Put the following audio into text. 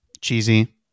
cheesy